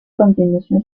continuación